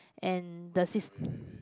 and the sis